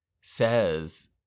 says